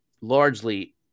largely